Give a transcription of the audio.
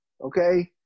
Okay